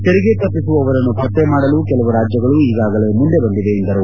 ತೆರಿಗೆ ತಪ್ಪಿಸುವವರನ್ನು ಪತ್ತೆ ಮಾಡಲು ಕೆಲವು ರಾಜ್ಯಗಳು ಈಗಾಗಲೇ ಮುಂದೆ ಬಂದಿವೆ ಎಂದರು